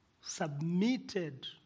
submitted